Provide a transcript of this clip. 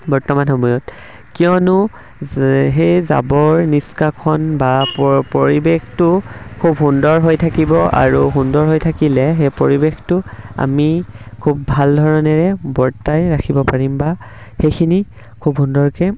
বৰ্তমান সময়ত কিয়নো সেই জাবৰ নিষ্কাশন বা পৰিৱেশটো খুব সুন্দৰ হৈ থাকিব আৰু সুন্দৰ হৈ থাকিলে সেই পৰিৱেশটো আমি খুব ভাল ধৰণেৰে বৰ্তাই ৰাখিব পাৰিম বা সেইখিনি খুব সুন্দৰকে